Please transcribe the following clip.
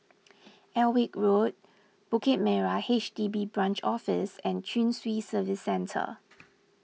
Alnwick Road Bukit Merah H D B Branch Office and Chin Swee Service Centre